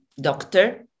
doctor